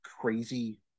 crazy